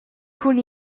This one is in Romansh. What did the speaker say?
cun